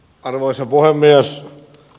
arvoisa puhemies